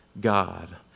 God